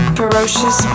ferocious